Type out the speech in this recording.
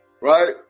Right